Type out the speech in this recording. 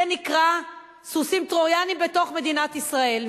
זה נקרא סוסים טרויאניים בתוך מדינת ישראל.